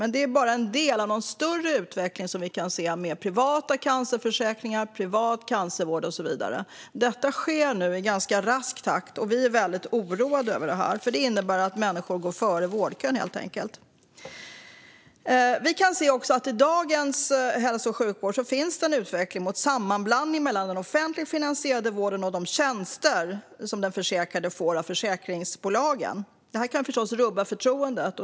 Men detta är bara en del i en större utveckling som vi kan se med privata cancerförsäkringar, privat cancervård och så vidare. Detta sker nu i ganska rask takt. Vi är mycket oroade över detta, eftersom det innebär att människor helt enkelt går före vårdkön. Vi kan i dagens hälso och sjukvård se att det finns en utveckling mot en sammanblandning av den offentligt finansierade vården och de tjänster som den försäkrade får av försäkringsbolagen. Detta kan förstås rubba förtroendet.